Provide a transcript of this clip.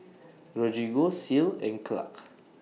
Rodrigo Ceil and Clark